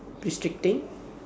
restricting